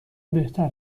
بهتر